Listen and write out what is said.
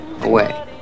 away